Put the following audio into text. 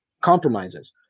compromises